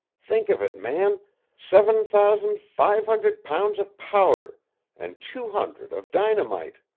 think of it, man seven thousand five hundred pounds of powder and two hundred of dynamite!